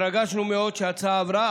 התרגשנו מאוד שההצעה עברה,